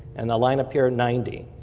and the line up here, ninety.